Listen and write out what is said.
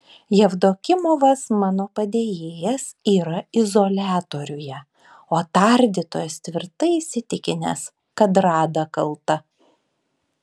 jevdokimovas mano padėjėjas yra izoliatoriuje o tardytojas tvirtai įsitikinęs kad rada kalta